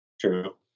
True